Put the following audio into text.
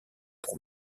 pour